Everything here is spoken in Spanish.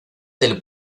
del